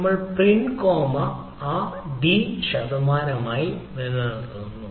നമ്മൾ print comma d ശതമാനം നിലനിർത്തുന്നു